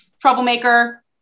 Troublemaker